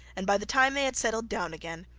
and, by the time they had settled down again,